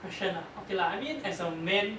question ah okay lah I mean as a man